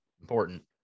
Important